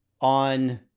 on